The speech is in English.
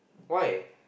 why